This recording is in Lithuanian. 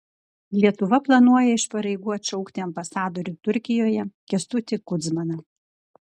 lietuva planuoja iš pareigų atšaukti ambasadorių turkijoje kęstutį kudzmaną